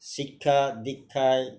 শিক্ষা দীক্ষায়